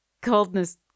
Coldness